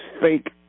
fake